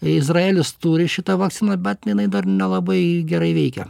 izraelis turi šitą vakciną bet ninai dar nelabai gerai veikia